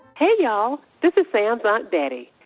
hey, y'all. this is sam's aunt betty.